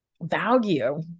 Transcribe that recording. value